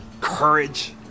courage